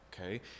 Okay